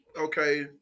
okay